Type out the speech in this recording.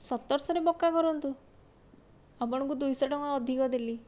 ସତର ଶହରେ ପକ୍କା କରନ୍ତୁ ଆପଣଙ୍କୁ ଦୁଇ ଶହ ଟଙ୍କା ଅଧିକା ଦେଲି